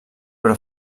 però